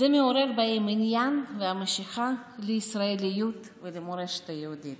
זה מעורר בהם עניין ומשיכה לישראליות ולמורשת היהודית.